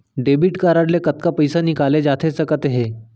Debit card ले कतका पइसा निकाले जाथे सकत हे?